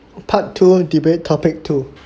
part two debate topic two